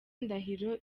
ndahiro